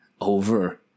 over